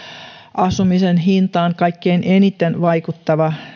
asumisen hintaan kaikkein eniten vaikuttava